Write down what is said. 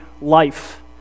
life